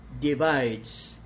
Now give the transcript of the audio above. divides